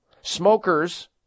smokers